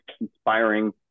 inspiring